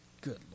Good